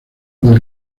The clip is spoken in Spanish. del